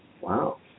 Wow